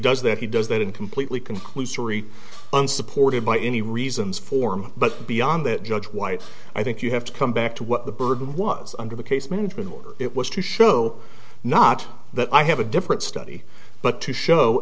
does that he does that in completely conclusory unsupported by any reasons for him but beyond that judge white i think you have to come back to what the bird was under the case management or it was to show not that i have a different study but to show